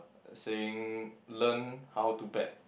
saying learn how to bet